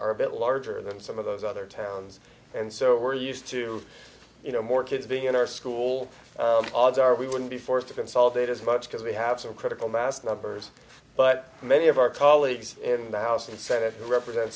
are a bit larger than some of those other towns and so we're used to you know more kids being in our school odds are we wouldn't be forced to consolidate as much because we have some critical mass numbers but many of our colleagues in the house and senate who represent